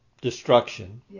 Destruction